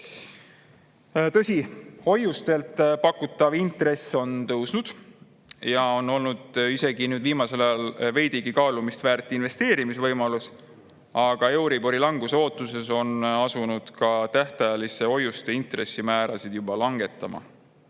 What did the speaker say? Tõsi, hoiustelt pakutav intress on tõusnud ja see on viimasel ajal olnud isegi veidi kaalumist väärt investeerimisvõimalus, aga euribori languse ootuses on asutud ka tähtajaliste hoiuste intressimäärasid langetama.